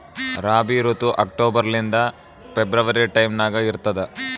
ರಾಬಿ ಋತು ಅಕ್ಟೋಬರ್ ಲಿಂದ February time ನಾಗ ಇರ್ತದ